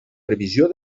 previsió